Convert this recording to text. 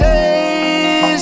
Days